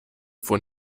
von